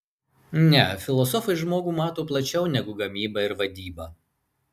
ne filosofai žmogų mato plačiau negu gamyba ir vadyba